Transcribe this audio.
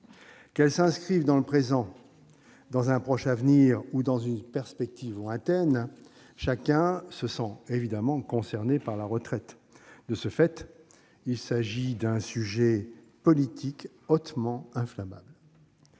Qu'elle s'inscrive dans le présent, dans un proche avenir ou dans une perspective lointaine, chacun se sent concerné par la retraite. De ce fait, il s'agit d'un sujet politique hautement inflammable.